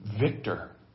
victor